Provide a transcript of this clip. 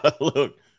Look